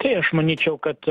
tai aš manyčiau kad